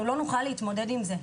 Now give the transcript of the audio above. אנחנו לא נוכל להתמודד עם זה,